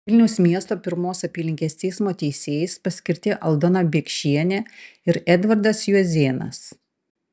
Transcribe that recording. vilniaus miesto pirmos apylinkės teismo teisėjais paskirti aldona biekšienė ir edvardas juozėnas